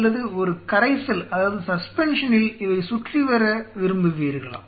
அல்லது ஒரு கரைசலில் இவை சுற்றி வர விரும்புவீர்களா